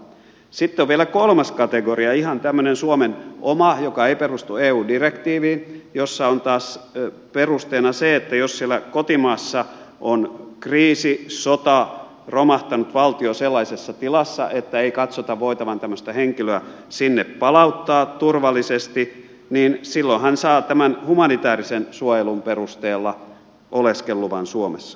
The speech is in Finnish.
sitten on vielä kolmas kategoria ihan tämmöinen suomen oma joka ei perustu eun direktiiviin jossa taas on perusteena se että jos siellä kotimaassa on kriisi sota romahtanut valtio sellaisessa tilassa että ei katsota voitavan tämmöistä henkilöä sinne palauttaa turvallisesti niin silloin hän saa tämän humanitäärisen suojelun perusteella oleskeluluvan suomessa